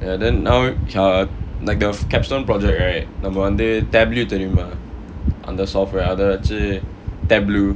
ya then now uh like the capstone project right நம்ம வந்து:namma vanthu Tableau தெரியுமா அந்த:theriyumaa antha software அத வச்சு:atha vachu Tableau